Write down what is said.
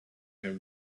him